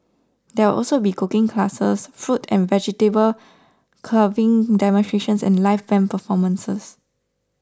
there will also be cooking classes fruit and vegetable carving demonstrations and live band performances